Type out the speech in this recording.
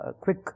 quick